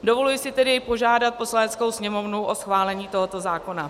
Dovoluji si tedy požádat Poslaneckou sněmovnu o schválení tohoto zákona.